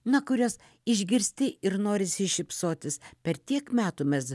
na kurias išgirsti ir norisi šypsotis per tiek metų mes